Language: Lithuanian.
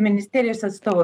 ministerijos atstovo